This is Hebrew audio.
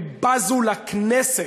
הם בזו לכנסת,